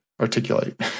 articulate